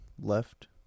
left